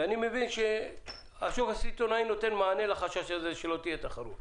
אני מבין שהשוק הסיטונאי נותן מענה לחשש הזה שלא תהיה תחרות.